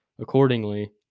Accordingly